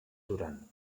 duran